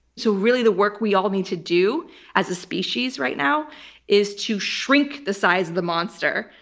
so really the work we all need to do as a species right now is to shrink the size of the monster,